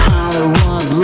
Hollywood